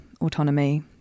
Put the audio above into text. autonomy